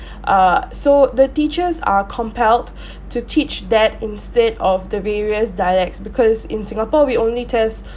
err so the teachers are compelled to teach that instead of the various dialects because in singapore we only test